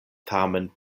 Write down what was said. tamen